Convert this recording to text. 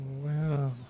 Wow